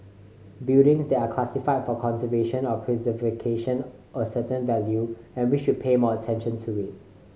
buildings that are classified for conservation or preservation a certain value and we should pay more attention to it